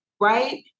Right